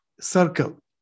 circle